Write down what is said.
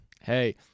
Hey